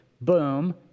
boom